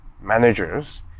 managers